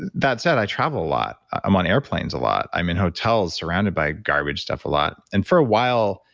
that said, i travel a lot. i'm on airplanes a lot. i'm in hotels surrounded by garbage stuff a lot. and for a while,